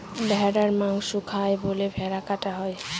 ভেড়ার মাংস খায় বলে ভেড়া কাটা হয়